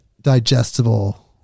digestible